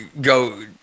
Go